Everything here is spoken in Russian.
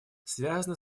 связаны